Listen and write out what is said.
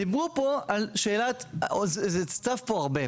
דיברו פה זה צף פה הרבה,